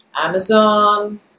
Amazon